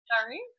sorry